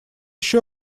еще